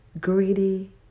Greedy